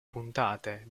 puntate